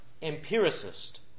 empiricist